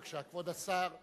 בבקשה, כבוד השר.